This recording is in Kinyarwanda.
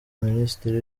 minisitiri